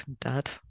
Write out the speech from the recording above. Dad